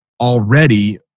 already